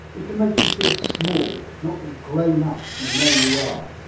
it can make you feel small, not the grown up you know you are.